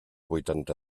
vuitanta